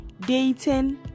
dating